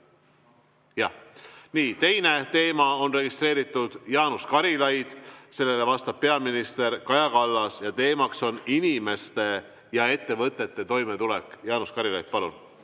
palun! Teise teema on registreerinud Jaanus Karilaid, sellele vastab peaminister Kaja Kallas ning teemaks on inimeste ja ettevõtete toimetulek. Jaanus Karilaid, palun!